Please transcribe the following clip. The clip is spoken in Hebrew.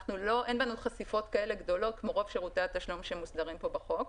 אין בנו חשיפות כאלה גדולות כמו רוב שירותי התשלום שמוסדרים פה בחוק,